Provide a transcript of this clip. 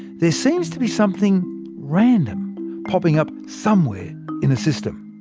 there seems to be something random popping up somewhere in the system.